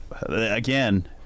Again